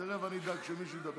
תכף אני אדאג שמישהו ידבר.